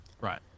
Right